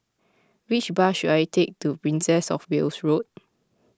which bus should I take to Princess of Wales Road